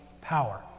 power